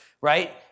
right